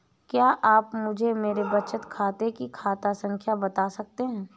क्या आप मुझे मेरे बचत खाते की खाता संख्या बता सकते हैं?